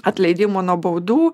atleidimo nuo baudų